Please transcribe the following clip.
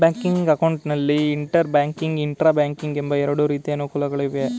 banking account ನಲ್ಲಿ inter banking, intra banking ಎಂಬ ಎರಡು ರೀತಿಯ ಅನುಕೂಲಗಳು ಇವೆ